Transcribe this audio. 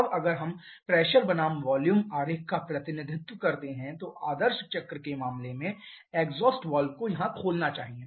अब अगर हम प्रेशर बनाम वॉल्यूम आरेख का प्रतिनिधित्व करते हैं तो आदर्श चक्र के मामले में एग्जॉस्ट वाल्व को यहां खोलना चाहिए